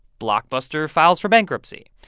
blockbuster files for bankruptcy.